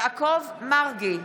יעקב מרגי,